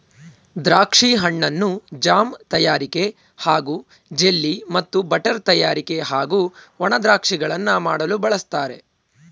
ದ್ರಾಕ್ಷಿ ಹಣ್ಣನ್ನು ಜಾಮ್ ತಯಾರಿಕೆ ಹಾಗೂ ಜೆಲ್ಲಿ ಮತ್ತು ಬಟರ್ ತಯಾರಿಕೆ ಹಾಗೂ ಒಣ ದ್ರಾಕ್ಷಿಗಳನ್ನು ಮಾಡಲು ಬಳಸ್ತಾರೆ